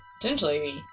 potentially